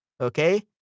Okay